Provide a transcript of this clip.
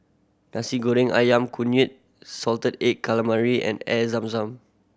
Nasi Goreng Ayam Kunyit salted egg calamari and Air Zam Zam